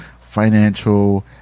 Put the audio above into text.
financial